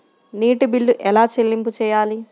నీటి బిల్లు ఎలా చెల్లింపు చేయాలి?